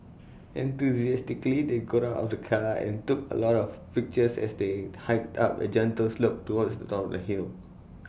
enthusiastically they got out of the car and took A lot of pictures as they hiked up A gentle slope towards the top of the hill